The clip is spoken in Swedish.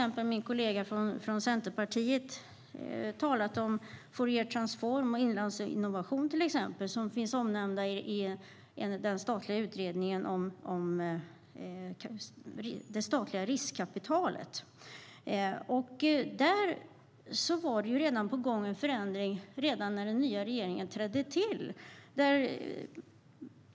Min kollega från Centerpartiet talade om Fouriertransform och Inlandsinnovation, som finns omnämnda i utredningen om det statliga riskkapitalet. Där var en förändring på gång redan när den nya regeringen tillträdde.